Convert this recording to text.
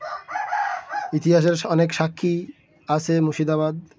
ইতিহাসের অনেক সাক্ষী আছে মুর্শিদাবাদ